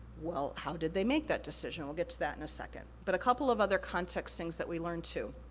well, how did they make that decision? we'll get to that in a second. but a couple of other context things that we learned too.